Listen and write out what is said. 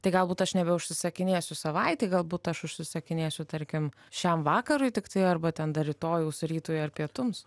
tai galbūt aš nebeužsisakinėsiu savaitei galbūt aš užsisakinėsiu tarkim šiam vakarui tiktai arba ten dar rytojaus rytui ar pietums